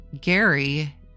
Gary